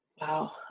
Wow